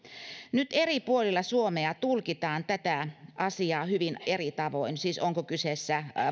nyt eri puolilla suomea tulkitaan tätä asiaa hyvin eri tavoin siis onko kyseessä